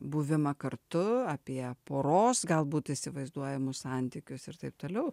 buvimą kartu apie poros galbūt įsivaizduojamus santykius ir taip toliau